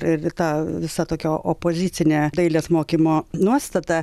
ir ta visa tokia opozicine dailės mokymo nuostata